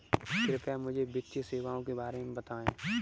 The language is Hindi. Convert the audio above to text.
कृपया मुझे वित्तीय सेवाओं के बारे में बताएँ?